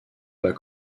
bas